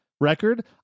record